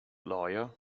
lawyer